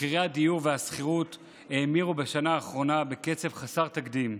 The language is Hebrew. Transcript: מחירי הדיור והשכירות האמירו בשנה האחרונה בקצב חסר תקדים: